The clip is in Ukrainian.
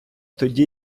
тоді